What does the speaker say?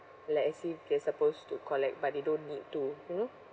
like as if they're supposed to collect but they don't need to you know